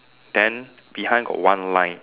then behind got one line